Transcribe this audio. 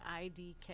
IDK